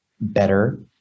better